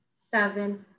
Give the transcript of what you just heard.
seven